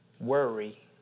Worry